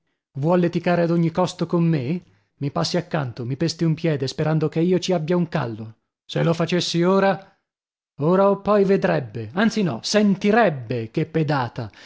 vuol leticare ad ogni costo con me mi passi accanto mi pesti un piede sperando che io ci abbia un callo se lo facessi ora ora o poi vedrebbe anzi no sentirebbe che pedata